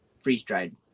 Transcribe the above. freeze-dried